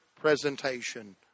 presentation